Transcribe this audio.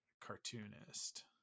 Cartoonist